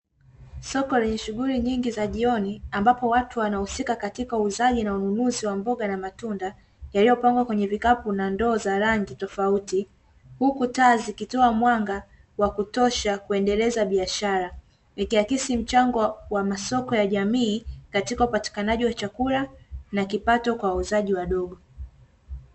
Soko lenye shughuli nyingi za jioni, ambapo watu wanahusika katika uuzaji na ununuzi wa mboga na matunda, yaliyopangwa kwenye vikapu na ndoo za rangi tofauti, huku taa zikitoa mwanga wa kutosha kuendeleza biashara. Ikiakisi mchango wa masoko ya jamii, katika upatikanaji wa chakula na kipato kwa wauzaji wadogo.